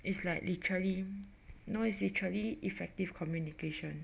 it's like literally no iit's literally effective communication